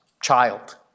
child